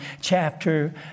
chapter